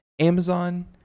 Amazon